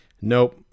Nope